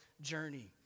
journey